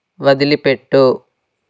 వదిలిపెట్టు